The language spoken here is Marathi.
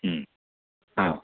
हां